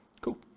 Cool